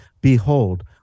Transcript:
Behold